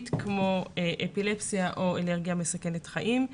כמו: אפילפסיה או אלרגיה מסכנת חיים,